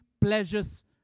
pleasures